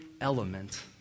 element